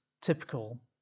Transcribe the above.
typical